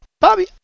bobby